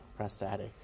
prostatic